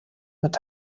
mit